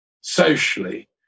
socially